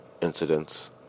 incidents